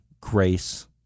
grace